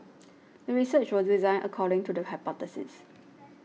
the research was designed according to the hypothesis